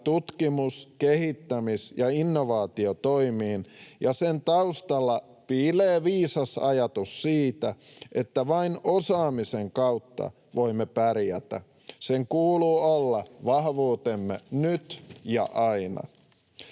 tutkimus-, kehittämis- ja innovaatiotoimiin, ja sen taustalla piilee viisas ajatus siitä, että vain osaamisen kautta voimme pärjätä. Sen kuuluu olla vahvuutemme nyt ja aina.